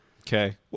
Okay